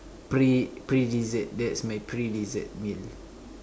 pre~ pre dessert that's my pre dessert meal